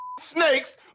snakes